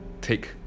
take